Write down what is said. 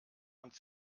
und